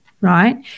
right